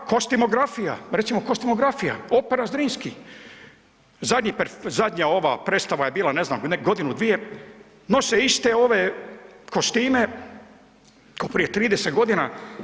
Kostimograf, kostimografija, recimo kostimografija opera Zrinski, zadnja ova predstava je bila ne znam godinu, dvije, nose iste ove kostime ko prije 30 godina.